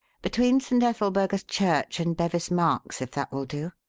between st. ethelburga's church and bevis narks, if that will do.